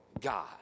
God